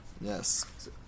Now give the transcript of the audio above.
Yes